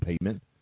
payment